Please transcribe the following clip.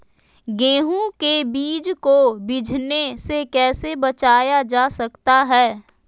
गेंहू के बीज को बिझने से कैसे बचाया जा सकता है?